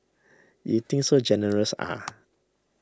you think so generous ah